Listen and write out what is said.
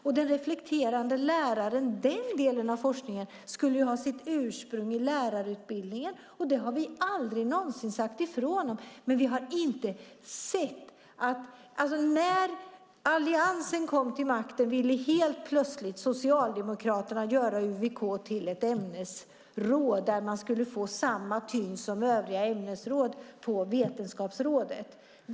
Den del av forskningen som gäller den reflekterande läraren skulle ha sitt ursprung i lärarutbildningen. Det har vi aldrig någonsin sagt nej till. När Alliansen kom till makten ville Socialdemokraterna helt plötsligt göra UVK till ett ämnesråd och ge det samma tyngd som övriga ämnesråd vid Vetenskapsrådet.